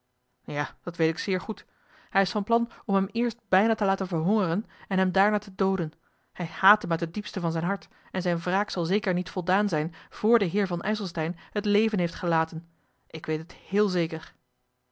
ja dat weet ik zeer goed hij is van plan om hem eerst bijna te laten verhongeren en hem daarna te dooden hij haat hem uit het diepst van zijn hart en zijne wraak zal zeker niet voldaan zijn voor de heer van ijselstein het leven heeft gelaten ik weet het heel zeker